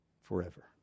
forever